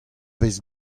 vez